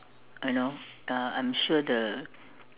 you know uh I'm sure the